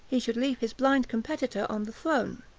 he should leave his blind competitor on the throne.